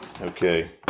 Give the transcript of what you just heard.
Okay